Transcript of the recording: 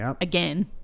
again